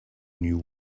new